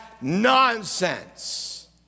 nonsense